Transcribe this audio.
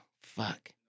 Fuck